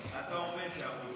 אתה עומד שם,